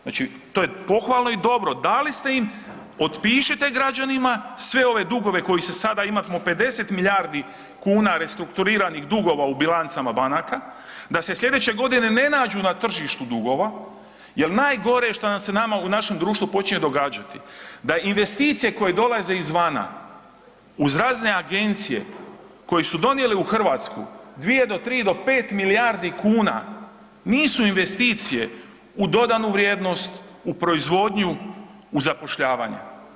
Znači to je pohvalno i dobro, dali ste im, otpišite građanima sve ove dugove koji se sada, imamo 50 milijardi kuna restrukturiranih dugova u bilancama banaka, da se slijedeće godine ne nađu na tržištu dugova, jer najgore što nam se nama u našem društvu počinje događati da investicije koje dolaze izvana uz razne agencije koje su donijele u Hrvatsku 2 do 3 do 5 milijardi kuna nisu investicije u dodanu vrijednost, u proizvodnju, u zapošljavanje.